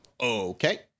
Okay